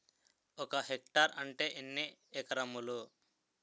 ఒక హెక్టార్ అంటే ఎన్ని ఏకరములు?